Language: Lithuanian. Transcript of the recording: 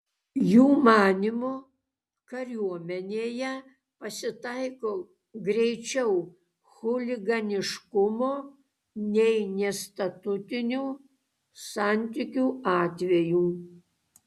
jų manymu kariuomenėje pasitaiko greičiau chuliganiškumo nei nestatutinių santykių atvejų